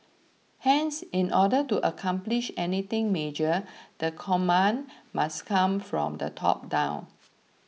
hence in order to accomplish anything major the command must come from the top down